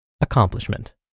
Accomplishment